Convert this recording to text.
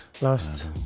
last